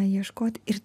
ieškot ir